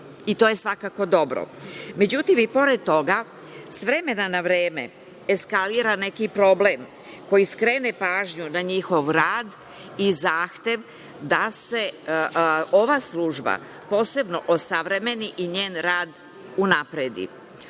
i to je svakako dobro. Međutim, i pored toga, s vremena na vreme, eskalira neki problem koji skrene pažnju na njihov rad i zahtev da se ova služba posebno osavremeni i njen rad unapredi. Ovom